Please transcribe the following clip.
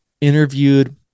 interviewed